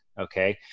okay